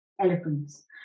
elephants